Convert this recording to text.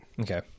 Okay